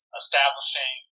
establishing